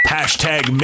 Hashtag